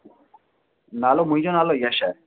नालो मुंहिंजो नालो यश आहे